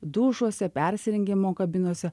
dušuose persirengimo kabinose